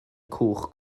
cwch